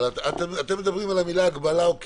אתם מדברים על המילים "הגבלה" או "קיום".